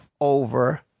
over